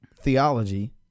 theology